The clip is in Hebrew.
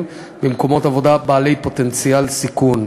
במקומות עבודה בעלי פוטנציאל סיכון,